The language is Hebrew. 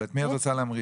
אבל את מי את רוצה לתמרץ?